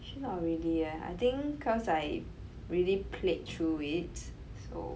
actually not really eh I think cause I really played through it so